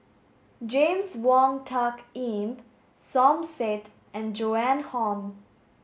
James Wong Tuck Yim Som Said and Joan Hon